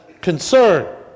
concern